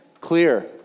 clear